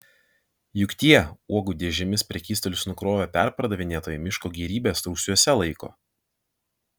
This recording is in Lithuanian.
juk tie uogų dėžėmis prekystalius nukrovę perpardavinėtojai miško gėrybes rūsiuose laiko